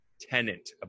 tenant